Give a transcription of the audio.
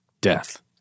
Death